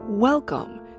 Welcome